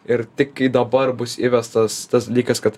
ir tik kai dabar bus įvestas tas dalykas kad